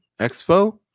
expo